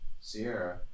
Sierra